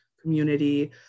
community